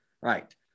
right